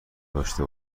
داشته